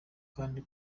kandi